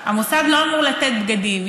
המוסד לא אמור לתת בגדים.